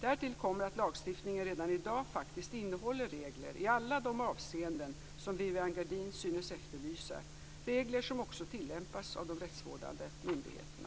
Därtill kommer att lagstiftningen redan i dag faktiskt innehåller regler i alla de avseenden som Viviann Gerdin synes efterlysa, regler som också tillämpas av de rättsvårdande myndigheterna.